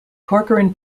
corcoran